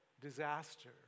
disaster